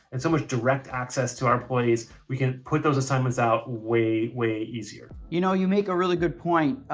and so much direct access to our employees, we can put those assignments out way, way easier. you know you make a really good point,